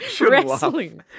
Wrestling